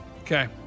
Okay